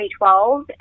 2012